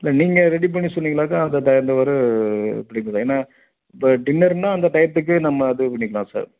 இல்லை நீங்கள் ரெடி பண்ணி சொன்னிங்கனாக்க அது தகுந்தவாறு ஏன்னா இப்போ டின்னருன்னா அந்த டயத்துக்கு நம்ம இது பண்ணிக்கலாம் சார்